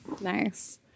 Nice